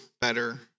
better